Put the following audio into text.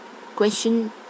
question